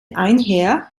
einher